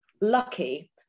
lucky